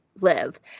live